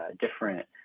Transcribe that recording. different